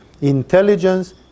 Intelligence